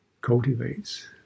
cultivates